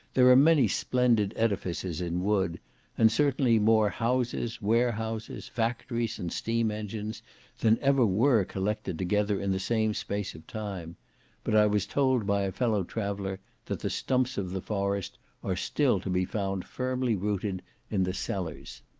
there are many splendid edifices in wood and certainly more houses, warehouses, factories, and steam-engines than ever were collected together in the same space of time but i was told by a fellow-traveller that the stumps of the forest are still to be found firmly rooted in the cellars.